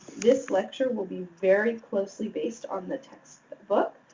this lecture will be very closely based on the textbook.